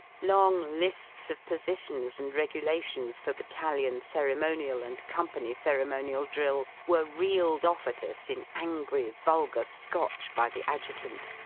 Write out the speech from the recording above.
long li s of positions and regulations for battalion ceremonial and company ceremonial drill were reeled off at us in angry vulgar scotch by the adjutant,